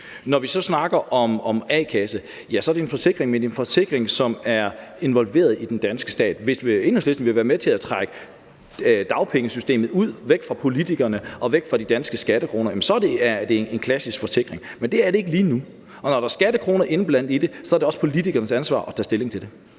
Når vi så snakker om en a-kasse, er det en forsikring, ja, men det er en forsikring, som involverer den danske stat. Hvis Enhedslisten vil være med til at trække dagpengesystemet væk fra politikerne og væk fra de danske skattekroner, så er det en klassisk forsikring. Men det er det ikke lige nu, og når der er skattekroner indblandet i det, er det også politikernes ansvar at tage stilling til det.